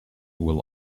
will